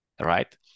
Right